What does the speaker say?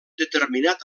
determinat